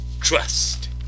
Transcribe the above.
trust